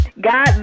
God